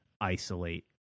isolate